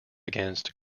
against